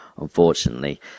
unfortunately